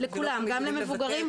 לכולם, גם למבוגרים.